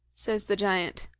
says the giant.